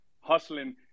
hustling